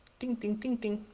ding ding ding ding,